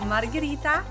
Margherita